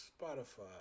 Spotify